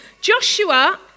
Joshua